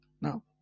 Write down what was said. now